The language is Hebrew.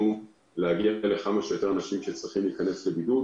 להגיע לכמה שיותר אנשים שצריכים להיכנס לבידוד.